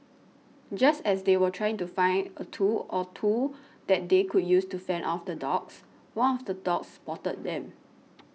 just as they were trying to find a tool or two that they could use to fend off the dogs one of the dogs spotted them